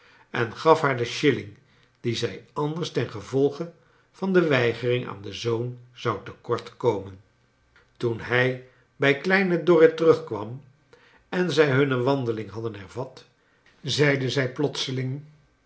en gaf haar den shilling die zij anders tengevolge van de weigering aan den zoon zou te kort komen toen hij bij kleine dorrit terugkwam en zij hunne wandeling hadden hervat zeide zij plotseling